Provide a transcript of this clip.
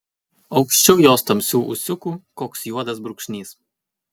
aukščiau jos tamsių ūsiukų koks juodas brūkšnys